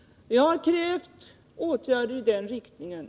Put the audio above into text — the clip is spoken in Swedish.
Vi har krävt åtgärder i den riktningen.